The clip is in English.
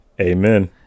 Amen